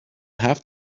have